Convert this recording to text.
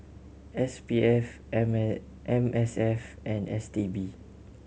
S P F M M S F and S T B